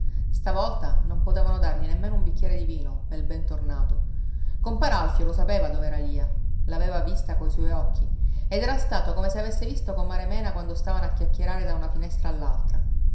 stavolta non potevano dargli nemmeno un bicchiere di vino pel ben tornato compar alfio lo sapeva dov'era lia l'aveva vista coi suoi occhi ed era stato come se avesse visto comare mena quando stavano a chiacchierare da una finestra